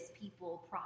people